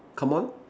come on